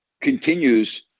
continues